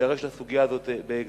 להידרש לסוגיה הזאת בהקדם.